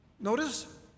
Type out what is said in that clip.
Notice